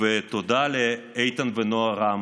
תודה לאיתן ונועה רם,